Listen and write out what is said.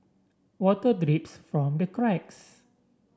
water drips from the cracks